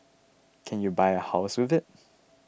can you buy a house with it